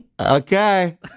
Okay